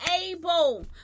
able